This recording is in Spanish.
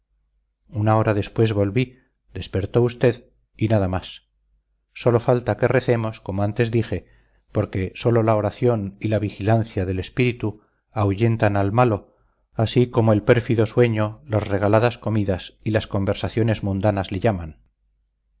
una hora después volví despertó usted y nada más sólo falta que recemos como antes dije porque sólo la oración y la vigilancia del espíritu ahuyenta al malo así como el pérfido sueño las regaladas comidas y las conversaciones mundanas le llaman